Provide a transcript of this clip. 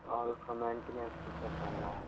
और उसका मैन्ट्नन्स भी चेक करना है